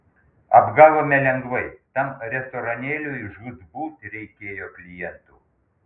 apgavome lengvai tam restoranėliui žūtbūt reikėjo klientų